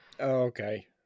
okay